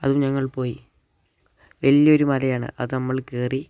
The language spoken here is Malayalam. അതും ഞങ്ങൾ പോയി വലിയ ഒരു മലയാണ് അത് നമ്മൾ കയറി